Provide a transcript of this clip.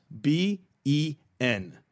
b-e-n